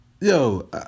yo